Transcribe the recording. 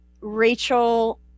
rachel